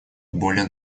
более